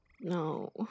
No